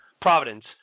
providence